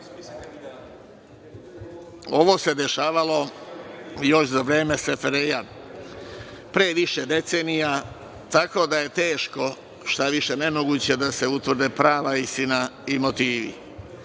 ovo se dešavalo još za vreme SFRJ, pre više decenija. Tako da je teško, šta više nemoguće da se utvrdi prava istina i